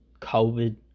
COVID